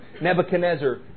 Nebuchadnezzar